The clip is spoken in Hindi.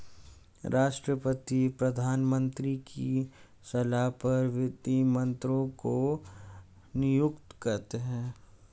राष्ट्रपति प्रधानमंत्री की सलाह पर वित्त मंत्री को नियुक्त करते है